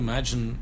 Imagine